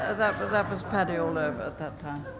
ah that but that was paddy all over, that time.